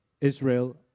Israel